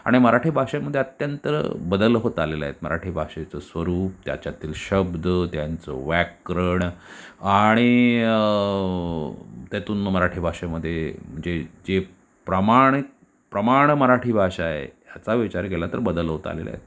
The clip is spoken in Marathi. आणि मराठी भाषेमध्ये अत्यंत बदल होत आलेले आहेत मराठी भाषेचं स्वरूप त्याच्यातील शब्द त्यांचं व्याकरण आणि त्यातून म मराठी भाषेमध्ये जे जे प्रमाणित प्रमाण मराठी भाषा आहे ह्याचा विचार केला तर बदल होत आलेला आहे